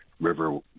River